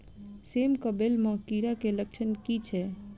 सेम कऽ बेल म कीड़ा केँ लक्षण की छै?